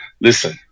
Listen